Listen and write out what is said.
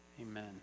Amen